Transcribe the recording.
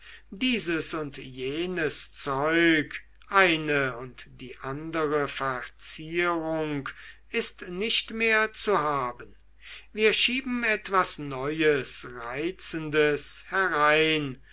dieses und jenes zeug eine und die andere verzierung ist nicht mehr zu haben wir schieben etwas neues etwas reizendes herein